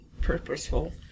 purposeful